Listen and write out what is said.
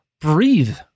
breathe